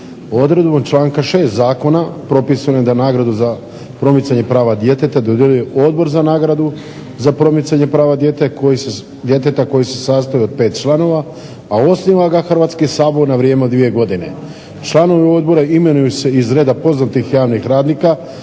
Odredbom članka 6. zakona propisuje da nagradu za promicanje prava djeteta dodjeljuje odbor za nagradu za promicanje prava djeteta koji se sastoji od 5 članova, a osniva ga Hrvatski sabor na vrijeme od dvije godine. Članovi odbora imenuju se iz redova poznatih javnih radnika